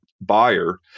buyer